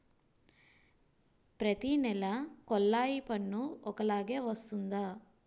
ప్రతి నెల కొల్లాయి పన్ను ఒకలాగే వస్తుందా?